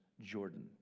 Jordan